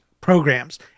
programs